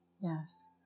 Yes